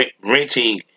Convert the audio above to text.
renting